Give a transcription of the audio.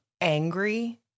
angry